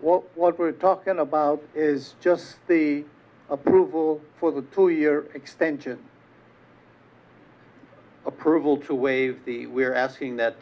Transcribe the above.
what what we're talking about is just the approval for the two year extension approval to waive the we're asking that